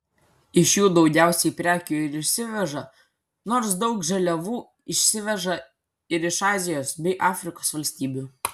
iš jų daugiausiai prekių ir įsiveža nors daug žaliavų įsiveža ir iš azijos bei afrikos valstybių